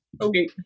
Okay